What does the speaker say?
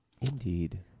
Indeed